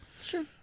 Sure